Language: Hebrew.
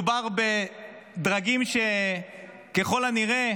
מדובר בדרגים שככל הנראה